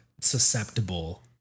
susceptible